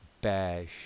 bash